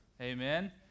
Amen